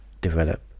develop